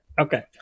Okay